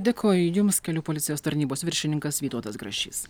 dėkoju jums kelių policijos tarnybos viršininkas vytautas grašys